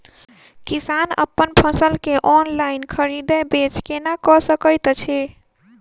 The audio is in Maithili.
किसान अप्पन फसल केँ ऑनलाइन खरीदै बेच केना कऽ सकैत अछि?